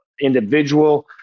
individual